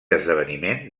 esdeveniment